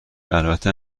البته